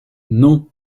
non